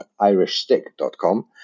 irishstick.com